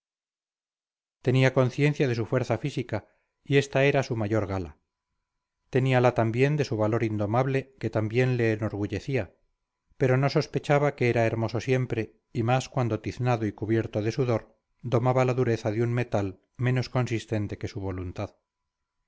tenía conciencia de su fuerza física y esta era su mayor gala teníala también de su valor indomable que también le enorgullecía pero no sospechaba que era hermoso siempre y más cuando tiznado y cubierto de sudor domaba la dureza de un metal menos consistente que su voluntad